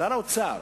ששר האוצר,